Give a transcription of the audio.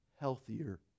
healthier